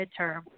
midterm